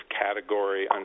category